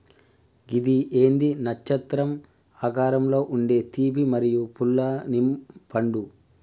గిది ఏంది నచ్చత్రం ఆకారంలో ఉండే తీపి మరియు పుల్లనిపండు